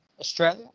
Australia